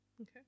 Okay